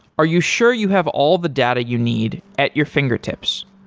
are you sure you have all the data you need at your fingertips?